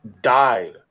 died